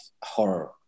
horror